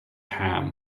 ham